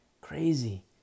Crazy